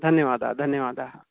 धन्यवादः धन्यवादाः